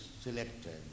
selected